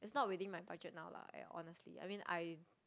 is not within my budget now lah at honestly I mean I